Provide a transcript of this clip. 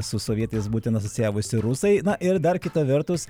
su sovietais būtent asocijavosi rusai na ir dar kita vertus